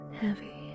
heavy